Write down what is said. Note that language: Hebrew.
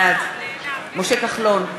בעד משה כחלון,